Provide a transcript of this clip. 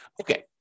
Okay